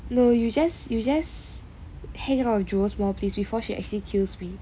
no you just you just hang out with jewels more please before she actually kills me